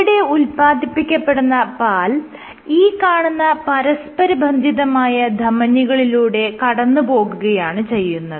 ഇവിടെ ഉല്പാദിപ്പിക്കപ്പെടുന്ന പാൽ ഈ കാണുന്ന പരസ്പരബന്ധിതമായ ധമനികളിലൂടെ കടന്നുപോകുകയാണ് ചെയ്യുന്നത്